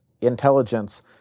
intelligence